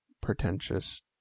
pretentious